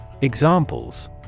Examples